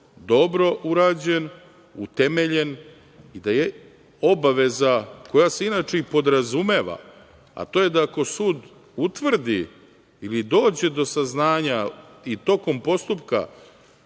dobro urađen, utemeljen i da je obaveza koja se inače i podrazumeva, a to je, da ako sud utvrdi ili dođe do saznanja i tokom postupka